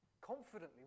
confidently